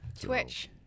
Twitch